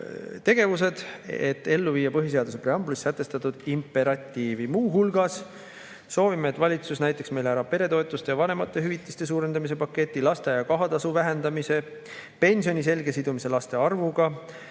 tegevused, et viia ellu põhiseaduse preambulis sätestatud imperatiiv. Muu hulgas soovime, et valitsus näitaks meile ära peretoetuste ja vanemahüvitiste suurendamise paketi, lasteaia kohatasu vähendamise, pensioni selge sidumise laste arvuga,